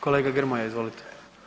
Kolega Grmoja, izvolite.